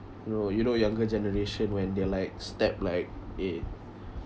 you know you know younger generation when they're like step like in